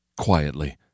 Quietly